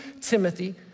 Timothy